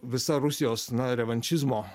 visa rusijos na revanšizmo